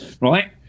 right